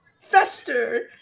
Fester